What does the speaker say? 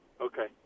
Okay